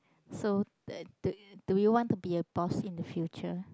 so do do you want to be a boss in the future